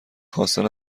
خواستن